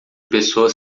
pessoas